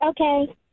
Okay